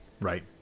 Right